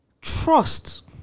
Trust